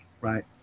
right